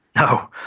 No